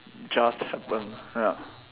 just happened ah